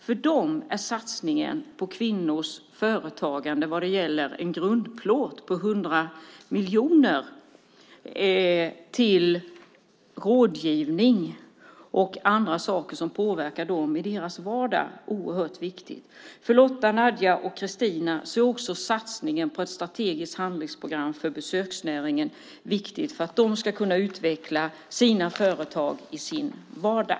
För dem är satsningen på kvinnors företagande med en grundplåt på 100 miljoner till rådgivning och andra saker som påverkar dem i deras vardag oerhört viktig. För Lotta, Nadja och Kristina är också satsningen på ett strategiskt handlingsprogram för besöksnäringen viktig för att de ska kunna utveckla sina företag i sin vardag.